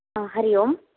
हा हरि ओम्